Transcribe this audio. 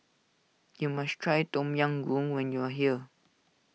you must try Tom Yam Goong when you are here